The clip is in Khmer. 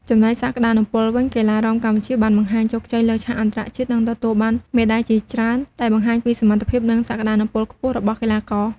ចំណែកសក្ដានុពលវិញ កីឡារាំកម្ពុជាបានបង្ហាញជោគជ័យលើឆាកអន្តរជាតិ និងទទួលបានមេដៃជាច្រើន ដែលបង្ហាញពីសមត្ថភាព និងសក្តានុពលខ្ពស់របស់កីឡាករ។